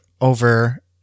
over